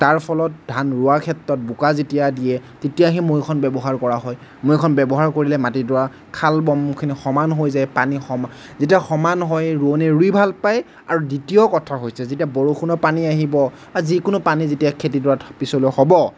তাৰ ফলত ধান ৰোঁৱা ক্ষেত্ৰত বোকা যেতিয়া দিয়ে তেতিয়া সেই মৈখন ব্যৱহাৰ কৰা হয় মৈখন ব্যৱহাৰ কৰিলে মাটিডৰা খাল বামখিনি সমান হৈ যায় পানী সম যেতিয়া সমান হয় ৰোঁৱনীয়ে ৰুঁই ভাল পায় আৰু দ্বিতীয় কথা হৈছে যেতিয়া বৰষুণৰ পানী আহিব বা যিকোনো পানী যেতিয়া খেতিডৰাত পিছলৈ হ'ব